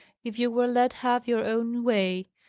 if you were let have your own way!